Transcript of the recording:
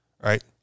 right